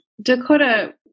dakota